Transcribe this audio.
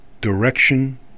direction